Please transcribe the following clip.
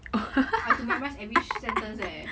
I have to memorise every sentence leh